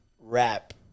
rap